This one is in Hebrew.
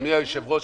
אדוני היושב-ראש,